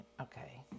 okay